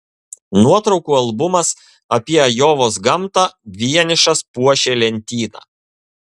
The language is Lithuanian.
nuotraukų albumas apie ajovos gamtą vienišas puošė lentyną